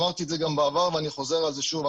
אמרתי את זה גם בעבר ואני חוזר על זה שוב.